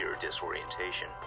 disorientation